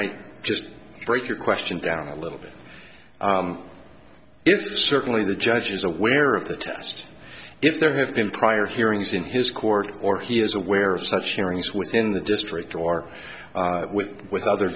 i just break your question down a little bit if certainly the judge is aware of the test if there had been prior hearings in his court or he was aware of such hearings within the district or with with other